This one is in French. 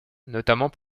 notamment